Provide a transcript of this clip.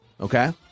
Okay